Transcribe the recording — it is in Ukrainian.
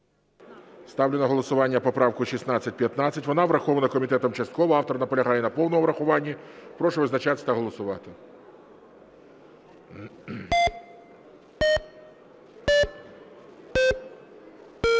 Ставлю на голосування поправку 1615. Вона врахована комітетом частково. Автор наполягає на повному врахуванні. Прошу визначатись та голосувати.